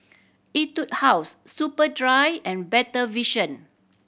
Etude House Superdry and Better Vision